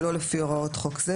שלא לפי הוראות חוק זה,